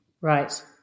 Right